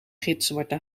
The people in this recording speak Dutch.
gitzwarte